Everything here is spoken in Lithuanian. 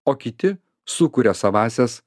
o kiti sukuria savąsias